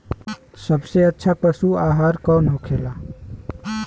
सबसे अच्छा पशु आहार कौन होखेला?